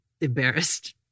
embarrassed